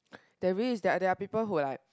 there is there are there are people who like